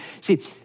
See